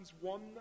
one